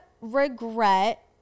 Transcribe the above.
regret